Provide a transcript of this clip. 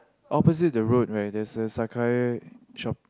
opposite the road right there's a Sakae shop